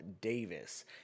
Davis